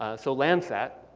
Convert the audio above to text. ah so landsat,